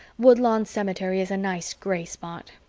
woodlawn cemetery is a nice gray spot.